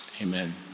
Amen